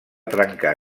trencar